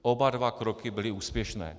Oba dva kroky byly úspěšné.